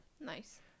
Nice